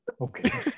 Okay